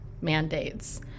mandates